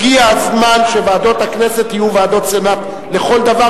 הגיע הזמן שוועדות הכנסת יהיו ועדות סנאט לכל דבר,